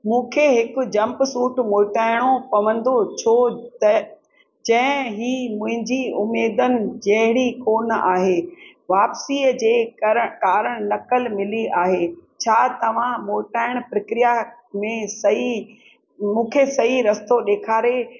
मूंखे हिकु jumpsuit मोटाइणो पवंदो छो त जंहिं ई मुंहिंजी उमेदनि जहिड़ी कोन्ह आहे वापिसीअ जे करे कारण नकल मिली आहे छा तव्हां मोटाइण प्रक्रिया में सही मूंखे सही रस्तो ॾेखारे